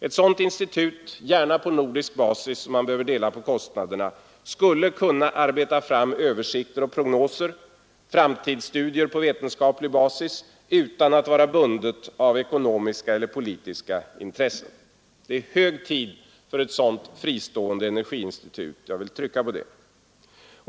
Ett sådant institut, gärna på nordisk basis om man behöver dela på kostnaderna, skulle kunna arbeta fram översikter och prognoser, framtidsstudier på vetenskaplig basis utan att vara bundet av ekonomiska eller politiska intressen. Det är nu hög tid för ett sådant fristående energiinstitut — jag vill trycka på det.